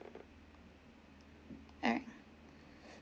alright